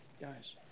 Guys